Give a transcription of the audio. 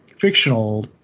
fictional